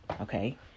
okay